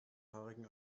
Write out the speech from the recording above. haarigen